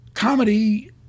Comedy